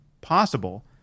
possible